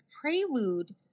prelude